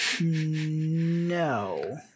No